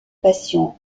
passion